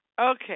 Okay